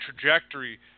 trajectory